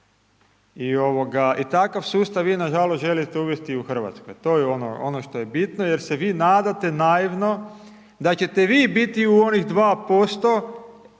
takav sustav vi nažalost želite uvesti u Hrvatskoj, to je ono, ono što je bitno jer se vi nadate naivno da ćete vi biti u onih 2%